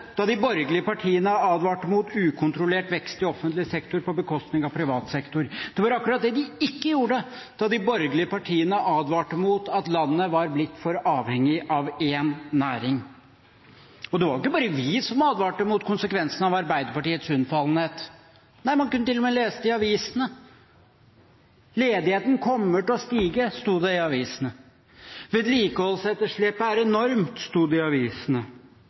da de borgerlige partiene advarte mot ukontrollert vekst i offentlig sektor på bekostning av privat sektor, og det var akkurat det de ikke gjorde da de borgerlige partiene advarte mot at landet var blitt for avhengig av én næring. Det var ikke bare vi som advarte mot konsekvensene av Arbeiderpartiets unnfallenhet. Nei, man kunne til og med lese det i avisene. «Ledigheten kommer til å stige», sto det i avisene. Vedlikeholdsetterslepet «er enormt»,